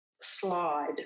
Slide